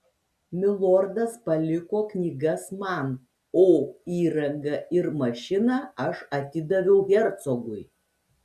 milordas paliko knygas man o įrangą ir mašiną aš atidaviau hercogui